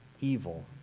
evil